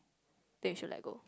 then you should let go